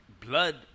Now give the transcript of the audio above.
blood